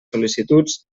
sol·licituds